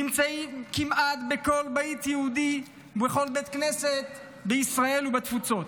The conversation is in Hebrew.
נמצאים כמעט בכל בית יהודי ובכל בית כנסת בישראל ובתפוצות,